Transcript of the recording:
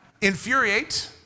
infuriate